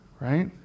right